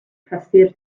prysur